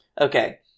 Okay